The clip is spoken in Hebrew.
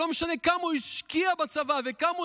ולא משנה כמה הוא השקיע בצבא וכמה הוא